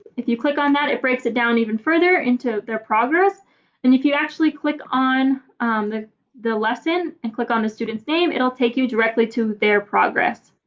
if you click on that, it breaks it down even further into their progress and if you actually click on the the lesson and click on a student's name. it'll take you directly to their progress.